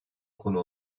konu